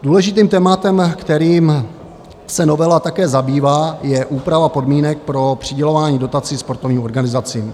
Důležitým tématem, kterým se novela také zabývá, je úprava podmínek pro přidělování dotací sportovním organizacím.